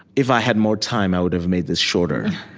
if i had more time, i would've made this shorter.